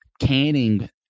canning